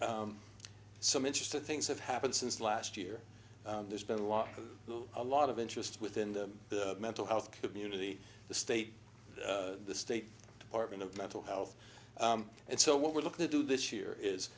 so some interesting things have happened since last year there's been a lot of a lot of interest within them the mental health community the state the state department of mental health and so what we're looking to do this year is